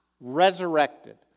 resurrected